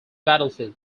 battlefield